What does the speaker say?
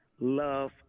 love